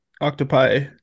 octopi